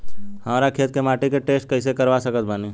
हमरा खेत के माटी के टेस्ट कैसे करवा सकत बानी?